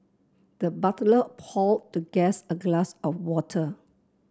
the butler poured the guest a glass of water